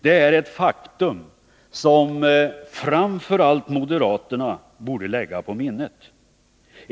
Det är ett faktum som framför allt moderaterna borde lägga på minnet.